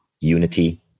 unity